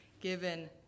given